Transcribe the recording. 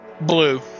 Blue